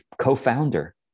co-founder